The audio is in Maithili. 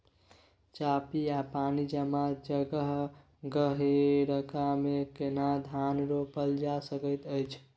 चापि या पानी जमा जगह, गहिरका मे केना धान रोपल जा सकै अछि?